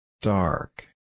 Dark